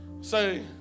say